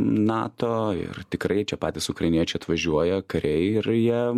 nato ir tikrai čia patys ukrainiečiai atvažiuoja kariai ir jie